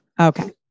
Okay